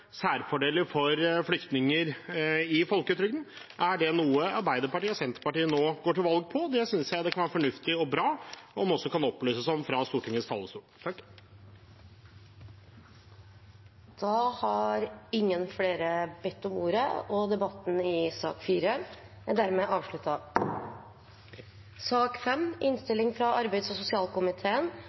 særfordeler for flyktninger i folketrygden. Er det noe Arbeiderpartiet og Senterpartiet nå går til valg på? Det synes jeg det kan være fornuftig og bra å opplyse om fra Stortingets talerstol. Flere har ikke bedt om ordet til sak nr. 4. Ingen har bedt om ordet. Etter ønske fra arbeids- og sosialkomiteen